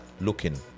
looking